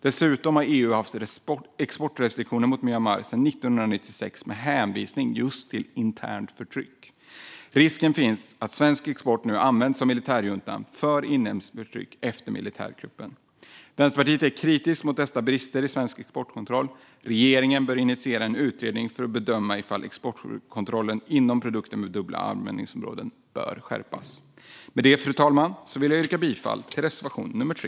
Dessutom har EU haft exportrestriktioner mot Myanmar sedan 1996 med hänvisning just till internt förtryck. Risken finns att svensk export nu används av militärjuntan för inhemskt förtryck efter militärkuppen. Vänsterpartiet är kritiskt mot dessa brister inom svensk exportkontroll. Regeringen bör initiera en utredning för att bedöma om exportkontrollen inom produkter med dubbla användningsområden bör skärpas. Med detta, fru talman, yrkar jag bifall till reservation 3.